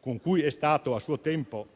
con cui è stata a suo tempo dichiarata